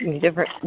Different